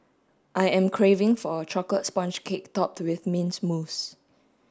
I am craving for a chocolate sponge cake topped with mint mousse